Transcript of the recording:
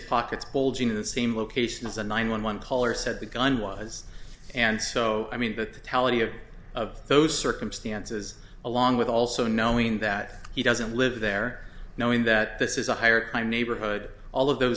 pockets bulging in the same location as the nine one one caller said the gun was and so i mean but the tally of of those circumstances along with also knowing that he doesn't live there knowing that this is a higher crime neighborhood all of those